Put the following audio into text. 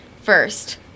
First